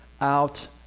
out